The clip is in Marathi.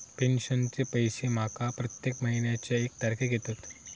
पेंशनचे पैशे माका प्रत्येक महिन्याच्या एक तारखेक येतत